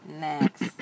Next